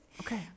Okay